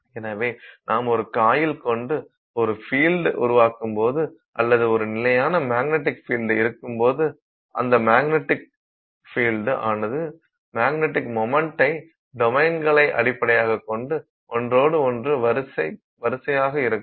எனவே நாம் ஒரு காயில் கொண்டு ஒரு ஃபில்டு உருவாக்கும்போது அல்லது ஒரு நிலையான மேக்னடிக் ஃபில்டு இருக்கும்போது அந்த மேக்னடிக் ஃபில்டு ஆனது மேக்னடிக் மொமண்ட் டொமைன்களை அடிப்படையாகக் கொண்டு ஒன்றோடு ஒன்று வரிசையாக இருக்கும்